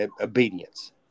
obedience